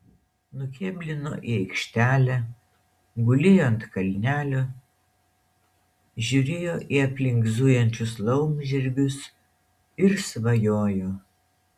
nukėblino į aikštelę gulėjo ant kalnelio žiūrėjo į aplink zujančius laumžirgius ir svajojo